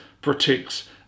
protects